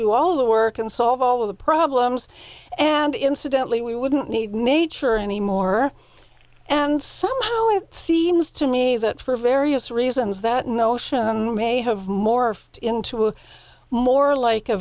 do all the work and solve all of the problems and incidentally we wouldn't need nature any more and somehow it seems to me that for various reasons that notion may have morphed into a more like a